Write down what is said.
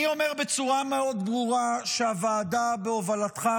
אני אומר בצורה מאוד ברורה שהוועדה בהובלתך,